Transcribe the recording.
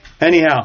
Anyhow